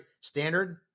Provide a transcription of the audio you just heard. Standard